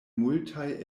multaj